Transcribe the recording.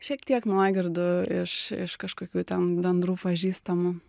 šiek tiek nuogirdų iš iš kažkokių ten bendrų pažįstamų